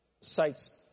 cites